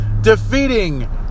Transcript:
defeating